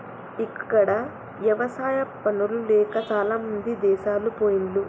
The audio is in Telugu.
ఇక్కడ ఎవసాయా పనులు లేక చాలామంది దేశాలు పొయిన్లు